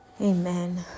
Amen